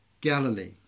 Galilee